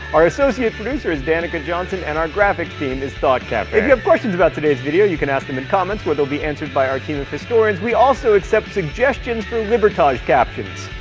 our associate producer is danica johnson. and our graphics team is thought cafe. if you have questions about today's video, you can ask them in comments, where they will be answered by our team of historians. we also accept suggestions for libertage captions.